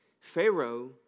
Pharaoh